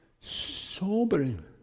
Sobering